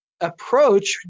approach